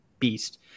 beast